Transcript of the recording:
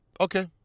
Okay